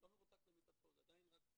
הוא לא מרותק למיטתו, זה עדיין רק -- רגע,